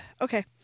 Okay